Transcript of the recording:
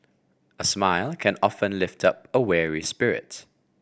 a smile can often lift up a weary spirit